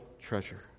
treasure